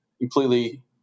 completely